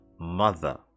mother